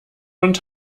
und